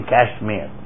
Kashmir